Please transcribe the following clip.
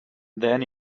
then